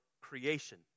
creation